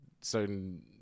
certain